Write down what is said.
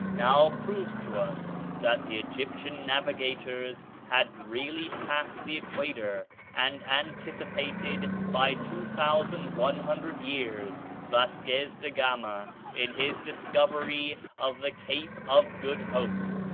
now proves to us that the egyptian navigators had really passed the equator, and anticipated by two thousand one hundred years vasquez de gama in his discovery of the cape of good hope.